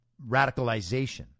radicalization